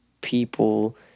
people